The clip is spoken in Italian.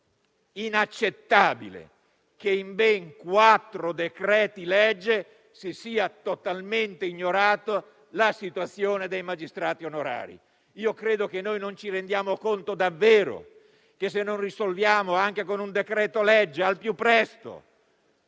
inaccettabile che in ben quattro decreti-legge si sia totalmente ignorata la situazione dei magistrati onorari. Credo che non ci rendiamo davvero conto che se non risolviamo, anche con un decreto-legge,